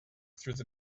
through